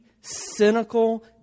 cynical